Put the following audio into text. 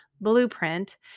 blueprint